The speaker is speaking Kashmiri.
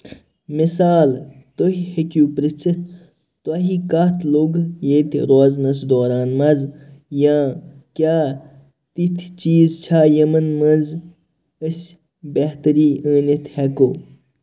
مِثالہٕ تُہۍ ہیٚکِو پِرٛژھِتھ تۄہہِ کَتھ لوٚگہٕ ییٚتہِ روزنَس دوران مَزٕ یا کیٛاہ تِتھ چیٖز چھےٚ یِمَن منٛز أسۍ بہتٔری أنِتھ ہٮ۪کو